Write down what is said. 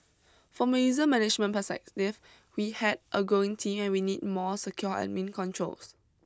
from a user management perspective we had a growing team and we needed more secure admin controls